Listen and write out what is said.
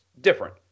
different